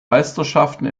meisterschaften